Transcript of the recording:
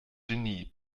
genie